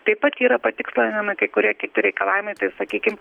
taip pat yra patikslinami kai kurie kiti reikalavimai tai sakykim